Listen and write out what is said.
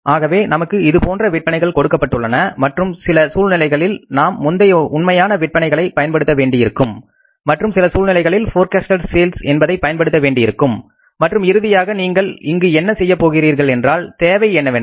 ஆகவே நமக்கு இது போன்ற விற்பனைகள் கொடுக்கப்பட்டுள்ளன மற்றும் சில சூழ்நிலைகளில் நாம் முந்தைய உண்மையான விற்பனை களை பயன்படுத்த வேண்டியிருக்கும் மற்றும் சில சூழ்நிலைகளில் போர்கஸ்ட்டேட் சேல்ஸ் என்பதை பயன்படுத்த வேண்டியிருக்கும் மற்றும் இறுதியாக நீங்கள் இங்கு என்ன செய்யப் போகின்றீர்கள் என்றால் தேவை என்னவென்றால்